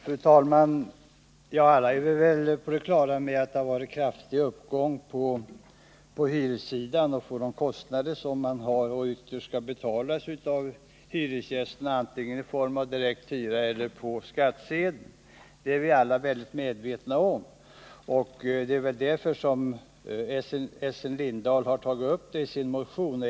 Fru talman! Alla är vi väl på det klara med att det har skett en kraftig stegring av hyrorna och av de kostnader som ytterst måste betalas av hyresgästerna antingen direkt på hyran eller via skattsedeln. Essen Lindahl har tagit upp problemet i sin motion liksom vpk har gjort i sin.